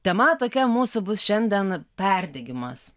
tema tokia mūsų bus šiandien perdegimas